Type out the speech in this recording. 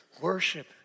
worship